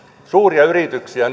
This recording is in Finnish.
suuria yrityksiä